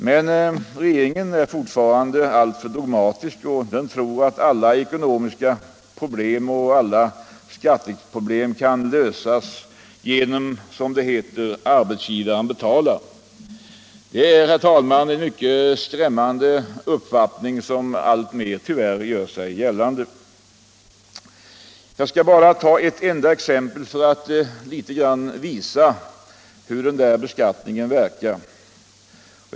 Men regeringen är fortfarande alltför dogmatisk och tror att alla ekonomiska problem och alla skatteproblem kan lösas genom att — som det heter — ”arbetsgivaren betalar”. Det är, herr talman, en mycket skrämmande uppfattning som tyvärr alltmer gör sig gällande. Jag skall bara ta ert enda exempel för att litet visa hur den där beskattningen verkar.